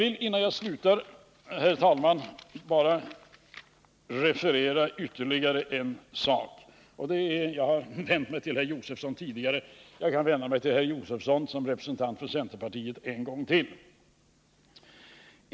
Innan jag slutar vill jag, herr talman, bara ytterligare referera en sak. Jag har tidigare vänt mig till herr Josefson, och jag kan vända mig till herr Josefson som representant för centerpartiet en gång till.